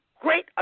great